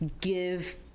give